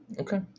Okay